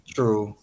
True